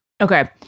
Okay